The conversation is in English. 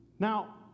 Now